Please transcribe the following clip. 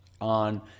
on